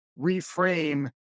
reframe